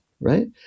right